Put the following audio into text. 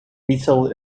detailed